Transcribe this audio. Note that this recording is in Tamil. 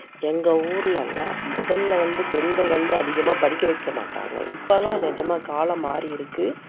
எங்கள் ஊர்லெல்லாம் முதலில் வந்து பெண்கள் வந்து அதிகமாக படிக்க வைக்க மாட்டாங்க இப்போ எல்லாம் நிஜமா காலம் மாறியிருக்குது